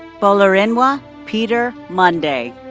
bolarinwa peter monday.